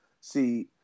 see